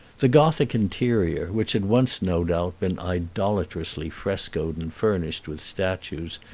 the gothic interior, which had once, no doubt, been idolatrously frescoed and furnished with statues,